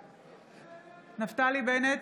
בעד נפתלי בנט,